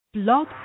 Blog